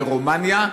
ברומניה.